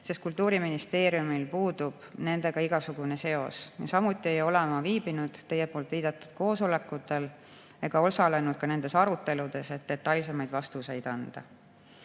sest Kultuuriministeeriumil puudub nendega igasugune seos. Niisamuti ei ole ma viibinud teie viidatud koosolekutel ega osalenud ka nendes aruteludes, et detailsemaid vastuseid anda.